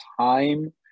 time